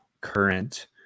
current